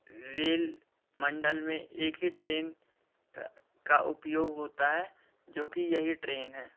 well मंडल में एक ही ट्रेन का उपयोग होता है जो कि यही ट्रेन है